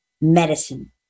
medicine